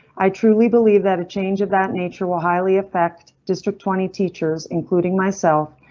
i truly believe that a change of that nature will highly affect district twenty teachers, including myself,